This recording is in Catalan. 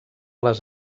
les